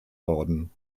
worden